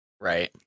Right